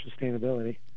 Sustainability